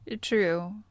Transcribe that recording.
True